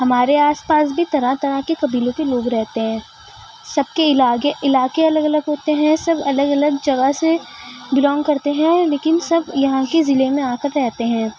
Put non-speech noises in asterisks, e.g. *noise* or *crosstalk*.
ہمارے آس پاس بھی طرح طرح کے قبیلوں کے لوگ رہتے ہیں سب کے *unintelligible* علاقے الگ الگ ہوتے ہیں سب الگ الگ جگہ سے بلانگ کرتے ہیں لیکن سب یہاں کی ضلعے میں آ کر رہتے ہیں